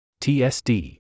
TSD